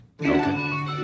okay